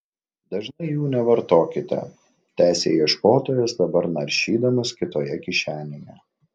dažnai jų nevartokite tęsė ieškotojas dabar naršydamas kitoje kišenėje